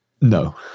No